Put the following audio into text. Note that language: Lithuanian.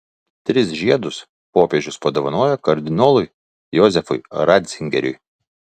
tris žiedus popiežius padovanojo kardinolui jozefui ratzingeriui